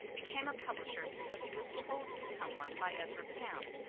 became a publisher because he was told to become one by ezra pound.